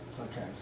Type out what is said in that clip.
Okay